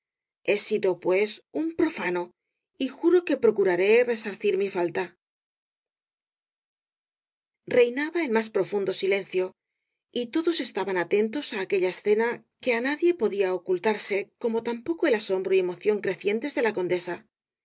e sido pues un profano y juro que procuraré resarcir mi falta reinaba el más profundo silencio y todos estaban atentos á aquella escena eme á nadie podía ocultarse como tampoco el asombro y emoción crecientes de la condesa